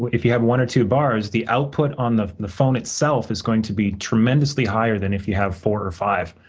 if you have one or two bars, the output on the the phone itself is going to be tremendously higher than if you have four or five.